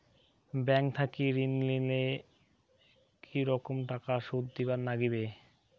Bank থাকি ঋণ নিলে কি রকম টাকা সুদ দিবার নাগিবে?